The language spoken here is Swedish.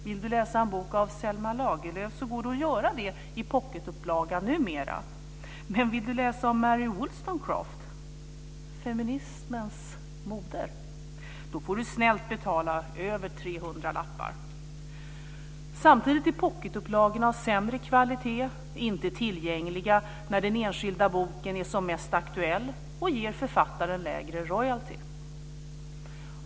Vill du läsa en bok av Selma Lagerlöf går det att göra det i pocketupplaga numera. Men vill du läsa om Mary Wollstonecraft, feminismens moder, får du snällt betala över tre hundralappar. Samtidigt är pocketupplagorna av sämre kvalitet, inte tillgängliga när den enskilda boken är som mest aktuell och ger författaren lägre royalty.